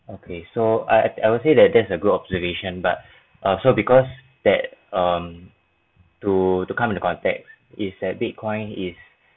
okay so I I would say that that's a good observation but err so because that um to to come into contact is that bitcoin is